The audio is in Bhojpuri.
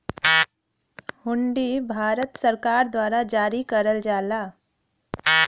हुंडी भारत सरकार द्वारा जारी करल जाला